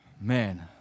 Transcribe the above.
Man